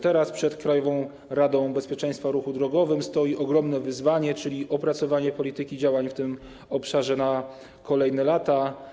Teraz przed Krajową Radą Bezpieczeństwa Ruchu Drogowego stoi ogromne wyzwanie, czyli opracowanie polityki działań w tym obszarze na kolejne lata.